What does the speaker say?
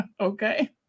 Okay